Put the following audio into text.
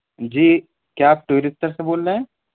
جی کیا آپ ٹورسٹر سے بول رہے ہیں